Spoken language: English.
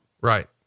Right